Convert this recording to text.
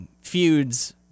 feuds